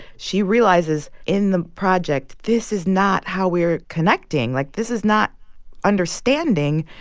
she realizes in the project, this is not how we're connecting. like, this is not understanding.